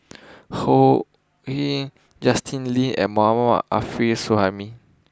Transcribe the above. So Heng Justin Lean and Mohammad Arif Suhaimi